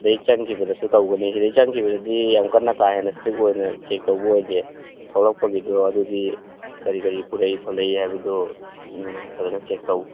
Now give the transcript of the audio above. ꯁꯤꯗꯒꯤ ꯆꯪꯈꯤꯕꯗꯁꯨ ꯇꯧꯒꯅꯤ ꯁꯤꯗꯒꯤ ꯆꯪꯈꯤꯕꯗꯗꯤ ꯌꯥꯝ ꯀꯟꯅ ꯀꯥ ꯍꯦꯟꯅ ꯏꯁꯇ꯭꯭ꯔꯤꯛ ꯑꯣꯏꯅ ꯆꯦꯛ ꯇꯧꯕ ꯑꯣꯏꯗꯦ ꯊꯣꯛꯂꯛꯄꯒꯤꯗꯣ ꯑꯗꯨꯗꯤ ꯀꯔꯤ ꯀꯔꯤ ꯄꯨꯔꯛꯏ ꯈꯣꯠꯂꯛꯏ ꯍꯥꯏꯕꯗꯣ ꯐꯖꯅ ꯆꯦꯛ